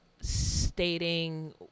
stating